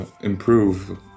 improve